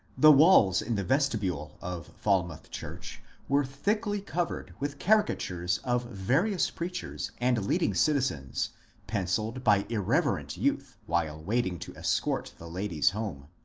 the walls in the vestibule of falmouth church were thickly covered with caricatures of various preachers and leading citizens pencilled by irreverent youth while waiting to escort the ladies home.